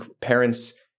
parents